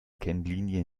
kennlinie